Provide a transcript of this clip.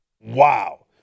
Wow